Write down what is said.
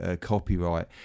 copyright